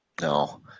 No